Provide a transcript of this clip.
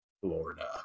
Florida